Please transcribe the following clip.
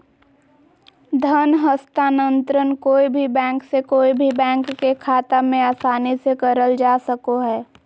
धन हस्तान्त्रंण कोय भी बैंक से कोय भी बैंक के खाता मे आसानी से करल जा सको हय